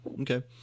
Okay